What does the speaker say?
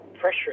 pressure